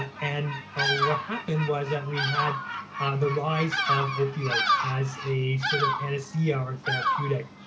and what happened was that we had the rise of opioids as a sort of panacea or therapeutic,